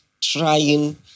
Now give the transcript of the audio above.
trying